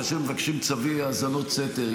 כאשר מבקשים צווי האזנות סתר,